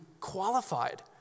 qualified